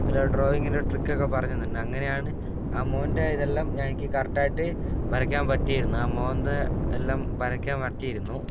ഡ്രോയിങ്ങിൻ്റെ ട്രികൊക്കെ പറഞ്ഞുതന്നിട്ടുണ്ട് അങ്ങനെയാണ് ആ മോൻ്റെ ഇതെല്ലം എനിക്ക് കറക്റ്റായിട്ട് വരയ്ക്കാൻ പറ്റിയിരുന്നത് ആ മോന്ത എല്ലാം വരയ്ക്കാൻ പറ്റിയിരുന്നു